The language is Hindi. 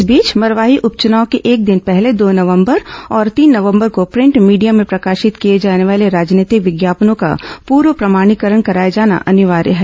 इस बीच मरवाही उपचूनाव के एक दिन पहले दो नवंबर और तीन नवंबर को प्रिंट भीडिया में प्रकाशित किए जाने वाले राजनीतिक विज्ञापनों का पूर्व प्रमाणीकरण कराए जाना अनिवार्य है